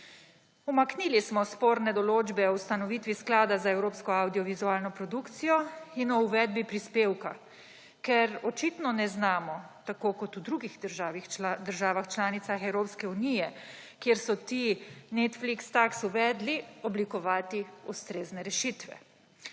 Umaknili smo sporne določbe o ustanovitvi sklada za evropsko avdiovizualno produkcijo in o uvedbi prispevka, ker očitno ne znamo tako kot v drugih državah članicah Evropske unije, kjer so Netflix tax uvedli, oblikovati ustrezne rešitve.